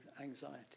anxiety